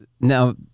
Now